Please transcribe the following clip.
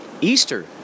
Easter